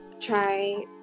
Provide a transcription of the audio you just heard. try